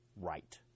right